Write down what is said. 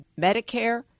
Medicare